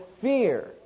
fear